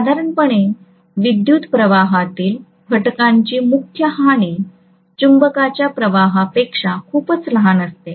साधारणपणे विद्युत् प्रवाहातील घटकाची मुख्य हानी चुंबकाच्या प्रवाहापेक्षा खूपच लहान असते